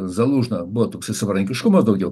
zalužną buvo toksai savarankiškumas daugiau